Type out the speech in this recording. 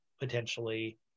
potentially